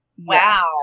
Wow